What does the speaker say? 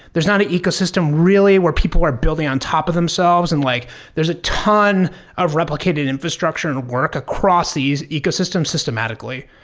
there's not an ecosystem really where people are building on top of themselves. and like there's a ton of replicated infrastructure and work across these ecosystem systematically.